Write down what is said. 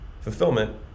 fulfillment